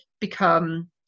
become